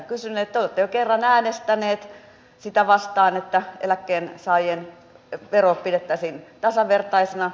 te olette jo kerran äänestäneet sitä vastaan että eläkkeensaajien vero pidettäisiin tasavertaisena